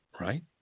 right